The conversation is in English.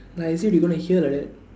like as if they gonna hear like that